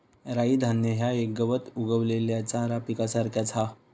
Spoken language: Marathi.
राई धान्य ह्या एक गवत उगवलेल्या चारा पिकासारख्याच हा